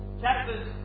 Chapters